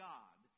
God